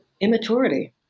immaturity